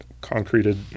concreted